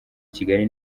kigali